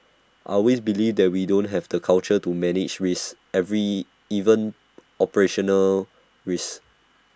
I always believe that we don't have the culture to manage risks every even operational risks